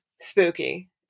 Spooky